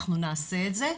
אנחנו נעשה את זה.